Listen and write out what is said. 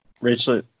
Rachel